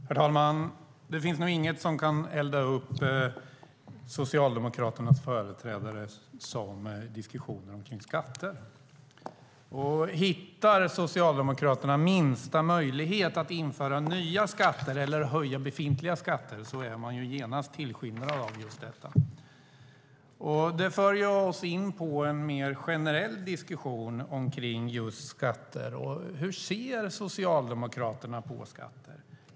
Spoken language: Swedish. Herr talman! Det finns nog inget som kan elda upp Socialdemokraternas företrädare som diskussioner om skatter. Hittar Socialdemokraterna minsta möjlighet att införa nya skatter eller höja befintliga skatter är man genast tillskyndare av just detta. Det för oss in på en mer generell diskussion kring just skatter och hur Socialdemokraterna ser på skatter.